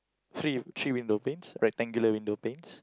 three three window panes rectangular window panes